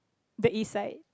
the east side